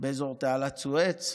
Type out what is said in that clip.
באזור תעלת סואץ ובירדן.